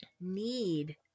need